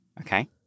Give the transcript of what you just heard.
Okay